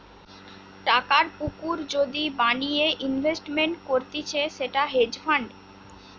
টাকার পুকুর যদি বানিয়ে ইনভেস্টমেন্ট করতিছে সেটা হেজ ফান্ড